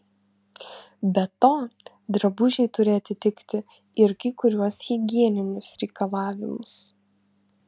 be to drabužiai turi atitikti ir kai kuriuos higieninius reikalavimus